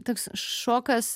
toks šokas